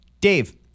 Dave